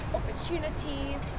opportunities